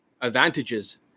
advantages